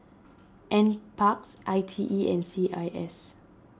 NParks I T E and C I S